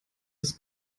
das